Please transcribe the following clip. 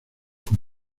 con